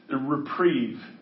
reprieve